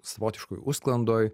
savotiškoj užsklandoj